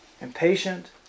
Impatient